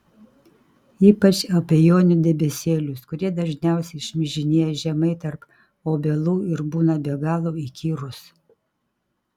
ypač abejonių debesėlius kurie dažniausiai šmižinėja žemai tarp obelų ir būna be galo įkyrūs